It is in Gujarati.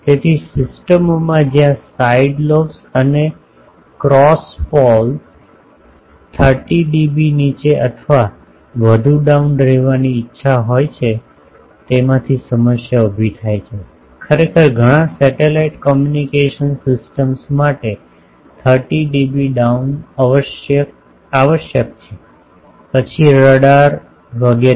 તેથી સિસ્ટમોમાં જ્યાં સાઇડ લોબ્સ અને ક્રોસ પોલ 30 ડીબી નીચે અથવા વધુ ડાઉન રહેવાની ઇચ્છા હોય છે તેનાથી સમસ્યા ઉભી થાય છે ખરેખર ઘણા સેટેલાઇટ કમ્યુનિકેશન સિસ્ટમ્સ માટે 30 ડીબી ડાઉન આવશ્યક છે પછી રડાર વગેરે